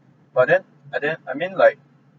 but then and then I mean like